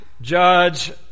judge